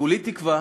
כולי תקווה